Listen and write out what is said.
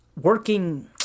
working